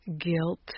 guilt